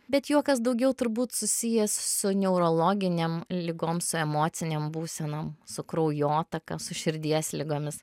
bet juokas daugiau turbūt susijęs su neurologinėm ligom su emocinėm būsenom su kraujotaka su širdies ligomis